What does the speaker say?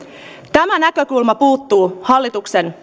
tämä näkökulma puuttuu hallituksen